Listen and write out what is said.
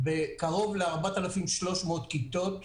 קרוב ל-4,300 כיתות,